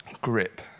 grip